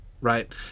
right